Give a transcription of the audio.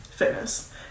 Fitness